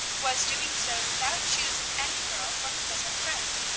was doing so without choosing any girl for her bosom friend.